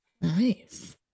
Nice